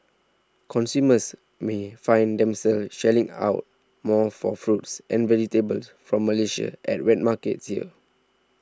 consumers may find themselves shelling out more for fruits and vegetables from Malaysia at wet markets here